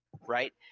right